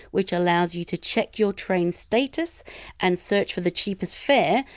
which allows you to check your train status and search for the cheapest fare,